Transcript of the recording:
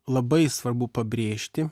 labai svarbu pabrėžti